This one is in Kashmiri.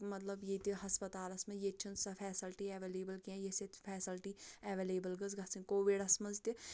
مطلب ییٚتہِ ہَسپَتالَس منٛز ییٚتہِ چھےٚ نہٕ سۄ فیسَلٹی ایٚویلیبُل کیٚنٛہہ یۄس ییٚتہِ فیسلٹی ایٚویلیبُل گٔژھ گَژھٕنۍ کووِڈَس منٛز تہِ